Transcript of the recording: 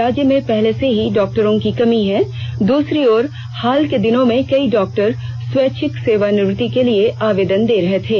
राज्य में पहले से ही डॉक्टरों की कमी है द्रसरी तरफ हाल के दिनों में कई डॉक्टर स्वैच्छिक सेवानिवृत्ति के लिए आवेदन दे रहे थे